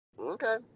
Okay